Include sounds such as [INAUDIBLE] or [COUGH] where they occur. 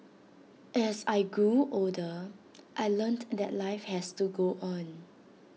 as I grew older [NOISE] I learnt that life has to go on